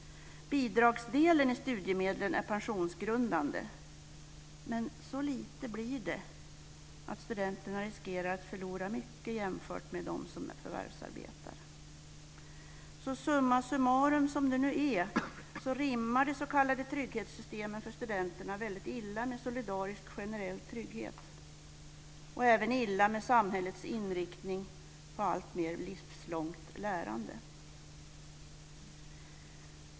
Bidragsdelen av studiemedlen är pensionsgrundande, men så lite blir det att studenterna riskerar att förlora mycket jämfört med dem som förvärvsarbetar. Så summa summarum: Som det nu är rimmar det s.k. trygghetssystemet för studenterna väldigt illa med solidarisk generell trygghet och illa med samhällets inriktning på alltmer livslångt lärande.